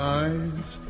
eyes